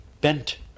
bent